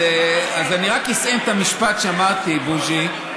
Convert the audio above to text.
אז אני רק אסיים את המשפט שאמרתי, בוז'י.